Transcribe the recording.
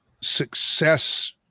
success